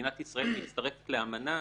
כשמדינת ישראל מצטרפת לאמנה,